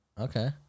Okay